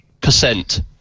Percent